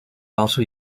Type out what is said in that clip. also